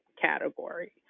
category